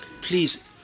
Please